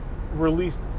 released